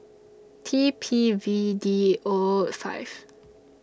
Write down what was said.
T P V D O five